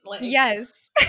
Yes